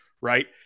right